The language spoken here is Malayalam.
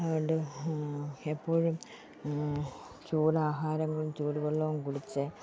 അതുകൊണ്ട് എപ്പോഴും ചൂടാഹാരങ്ങളും ചൂടുവെള്ളവും കുടിച്ച്